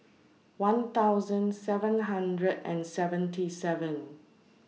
one thousand seven hundred and seventy seven